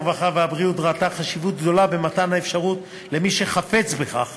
הרווחה והבריאות ראתה חשיבות גדולה במתן האפשרות למי שחפץ בכך